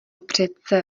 přece